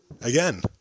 Again